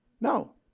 No